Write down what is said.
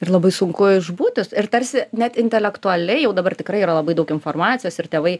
ir labai sunku išbūti ir tarsi net intelektualiai jau dabar tikrai yra labai daug informacijos ir tėvai